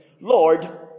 Lord